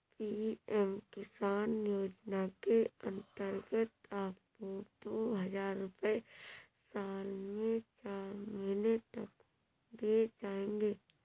PM Kisan योजना के अंतर्गत आपको दो हज़ार रुपये साल में चार महीने तक दिए जाएंगे